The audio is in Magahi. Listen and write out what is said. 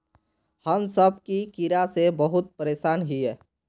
हम सब की कीड़ा से बहुत परेशान हिये?